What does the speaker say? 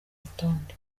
rutonde